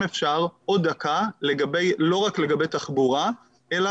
אם אפשר עוד דקה לא רק לגבי תחבורה אלא